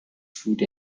food